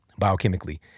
biochemically